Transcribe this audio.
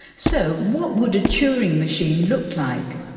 so, what would a turing machine look like?